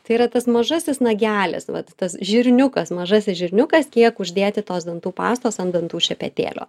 tai yra tas mažasis nagelis vat tas žirniukas mažasis žirniukas kiek uždėti tos dantų pastos ant dantų šepetėlio